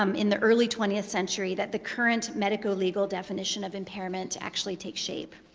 um in the early twentieth century, that the current medicolegal definition of impairment actually takes shape.